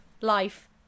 life